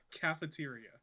Cafeteria